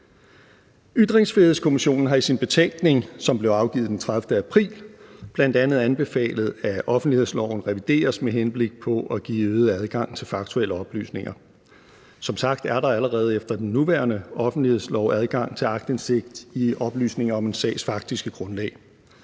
Ytringsfrihedskommissionen har i sin betænkning, som blev afgivet den 30. april, bl.a. anbefalet, at offentlighedsloven revideres med henblik på at give øget adgang til faktuelle oplysninger. Som sagt er der allerede efter den nuværende offentlighedslov adgang til aktindsigt i oplysninger om en sags faktiske grundlag.